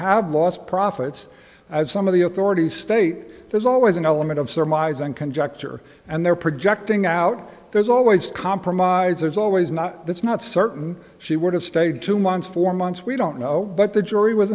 have lost profits as some of the authorities state there's always an element of surmise and conjecture and they're projecting out there's always compromise there's always not that's not certain she would have stayed two months four months we don't know but the jury was